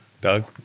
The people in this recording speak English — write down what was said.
Doug